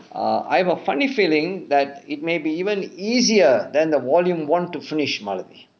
err I have a funny feeling that it may be even easier than the volume one to finish malathi